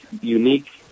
unique